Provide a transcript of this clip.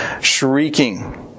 Shrieking